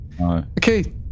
Okay